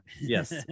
Yes